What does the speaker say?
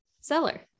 Seller